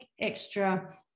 extra